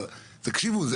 אבל תקשיבו,